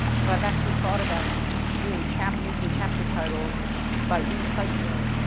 so, i've actually thought about doing chap, using chapter titles by recycling